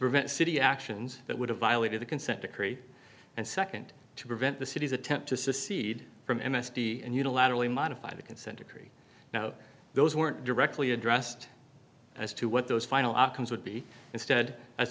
prevent city actions that would have violated the consent decree and nd to prevent the city's attempt to secede from n s t and unilaterally modify the consent decree now those weren't directly addressed as to what those final outcomes would be instead as